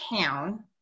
town